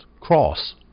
Cross